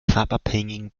farbabhängigen